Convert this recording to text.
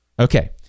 Okay